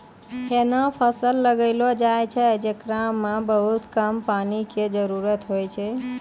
ऐहनो फसल लगैलो जाय छै, जेकरा मॅ बहुत कम पानी के जरूरत होय छै